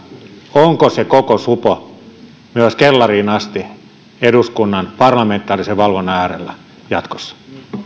onko se koko supo myös kellariin asti eduskunnan parlamentaarisen valvonnan äärellä jatkossa